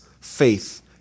faith